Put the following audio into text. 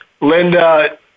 Linda